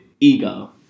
ego